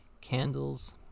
candles